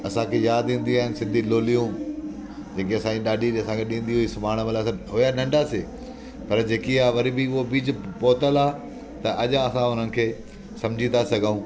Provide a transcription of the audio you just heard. असांखे यादि ईंदियूं आइन सिंधी लोलियूं जंहिंखे असांजी डाडी असांखे ॾींदी हुई सुभाणे महिल असां हुआ नंढासीं पर जेकी आहे वरी बि उहा बीज पोतल आहे त अॼु असां हुननि खे सम्झी था सघूं